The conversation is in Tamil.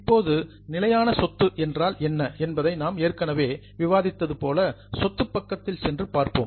இப்போது நிலையான சொத்து என்றால் என்ன என்பதை நாம் ஏற்கனவே விவாதித்தது போல் சொத்து பக்கத்திற்கு சென்று பார்ப்போம்